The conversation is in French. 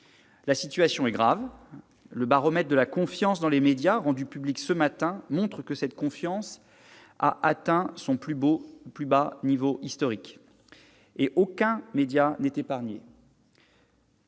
La situation est grave : le baromètre de la confiance dans les médias, rendu public ce matin, montre que cette confiance a atteint son plus bas niveau historique. Et aucun média n'est épargné